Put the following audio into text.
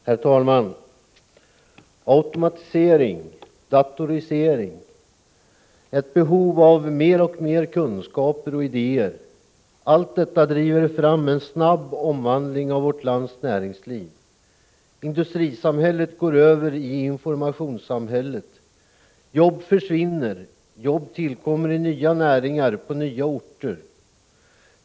Herr talman! Automatisering — datorisering, ett behov av mer och mer kunskaper och idéer, allt detta driver fram en snabb omvandling av vårt lands näringsliv. Industrisamhället går över i informationssamhället. Jobb försvinner, jobb tillkommer i nya näringar på nya orter.